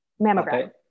Mammogram